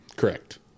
correct